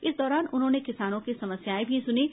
इस दौरान उन्होंने किसानों की समस्याएं सुनीं